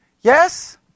Yes